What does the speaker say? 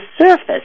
surface